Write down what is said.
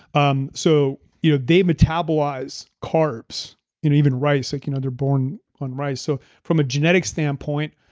um so you know they metabolize carbs and even rice, like you know they're born on rice. so from a genetic standpoint,